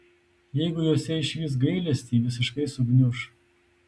jeigu jose išvys gailestį visiškai sugniuš